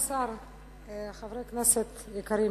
כבוד היושב-ראש, חברי כנסת יקרים,